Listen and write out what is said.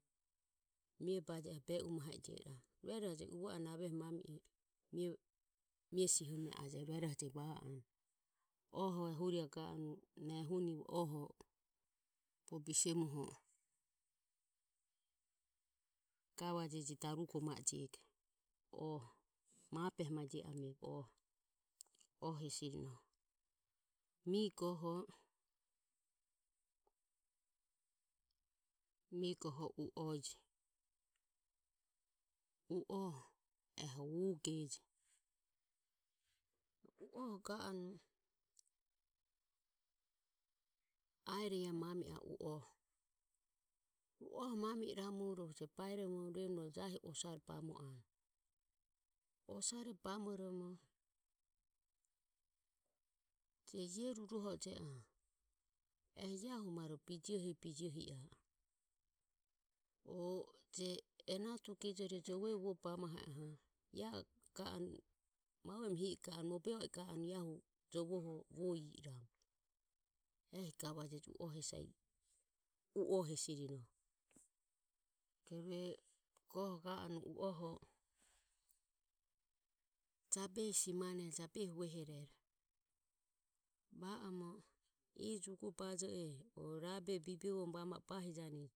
Mie bajeoho be u mahe e jio iramu rueroho je uvo anue avueroho mami e mie sihoromo e ajejo rueroho je va anue. Oho ehuro ae ga anue na ehuni oho bogo bise moho gavajeje darugo ma e jego oho mabehe mae je ego oho hesi roho. Mie goho, Mie goho uoe je, uoeho eho uge je uoeho ga anue iaero ae mami a e uoeho. uoeho mami iramu rohu ja baeromo rueromo jahi osare bamo anue osare bamo romo je iae ruruho o je oho e ia hu ma ro bijoho ie bijoho ie ae o je enatu gijore jove vuo bamahe ae ga anue ma uemu hi i ga anue o mobe o i ga anue jovoho vuo iramu ehi gavajeje uoe hesi saidie. Uoe hesi rinoho rue goho ga anue uoeho jabesi simane jabehi vuohere va oromo ijo ugo bajo e rabe bibivoromo va o bahi janoho.